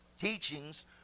teachings